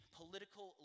political